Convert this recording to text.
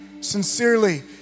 sincerely